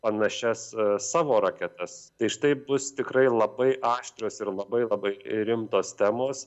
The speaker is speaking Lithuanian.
panašias savo raketas tai štai bus tikrai labai aštrios ir labai labai rimtos temos